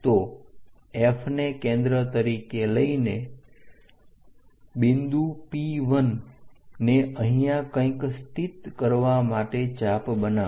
તો F ને કેન્દ્ર તરીકે લઈને બિંદુ P 1 ને અહીંયા કંઈક સ્થિત કરવા માટે ચાપ બનાવો